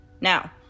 Now